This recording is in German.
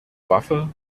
waffe